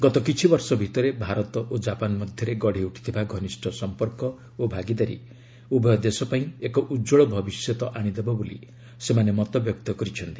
ଗତ କିଛି ବର୍ଷ ଭିତରେ ଭାରତ ଓ ଜାପାନ ମଧ୍ୟରେ ଗଢ଼ି ଉଠିଥିବା ଘନିଷ୍ଠ ସମ୍ପର୍କ ଓ ଭାଗିଦାରୀ ଉଭୟ ଦେଶ ପାଇଁ ଏକ ଉଜ୍ୱଳ ଭବିଷ୍ୟତ ଆଣିଦେବ ବୋଲି ସେମାନେ ମତବ୍ୟକ୍ତ କରିଛନ୍ତି